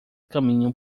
caminham